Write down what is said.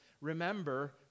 remember